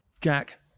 Jack